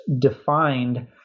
defined